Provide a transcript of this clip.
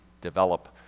develop